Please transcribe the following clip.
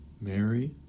Mary